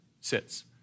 sits